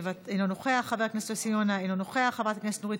חבר הכנסת סאלח סעד, אינו נוכח,